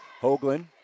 Hoagland